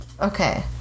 Okay